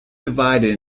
divided